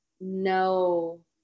no